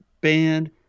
band